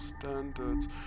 standards